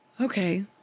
Okay